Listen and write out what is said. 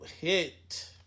hit